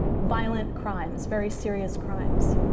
violent crimes, very serious crimes.